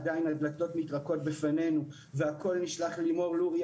עדיין הדלתות נטרקות בפנינו והכול נשלח ללימור לוריא